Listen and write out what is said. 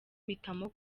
mpitamo